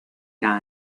era